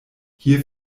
hier